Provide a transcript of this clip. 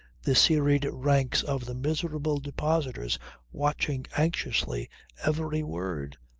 the serried ranks of the miserable depositors watching anxiously every word,